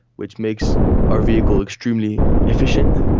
which makes our vehicle extremely efficient.